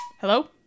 Hello